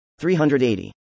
380